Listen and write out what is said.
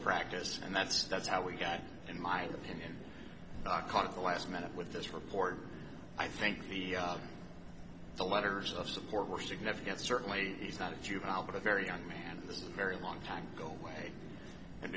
practice and that's that's how we got in my opinion i caught the last minute with this report i think the the letters of support were significant certainly he's not a juvenile but a very young man and this is a very long time go away